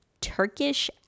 Turkish